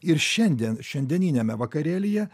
ir šiandien šiandieniniame vakarėlyje